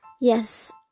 Yes